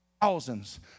Thousands